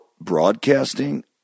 broadcasting